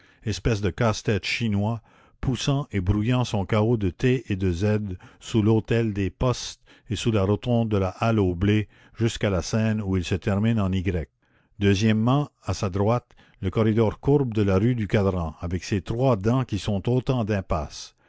espèce de casse-tête chinois poussant et brouillant son chaos de t et de z sous l'hôtel des postes et sous la rotonde de la halle aux blés jusqu'à la seine où il se termine en y deuxièmement à sa droite le corridor courbe de la rue du cadran avec ses trois dents qui sont autant d'impasses